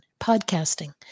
podcasting